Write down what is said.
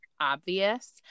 obvious